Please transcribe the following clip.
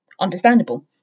Understandable